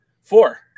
Four